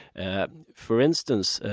and for instance,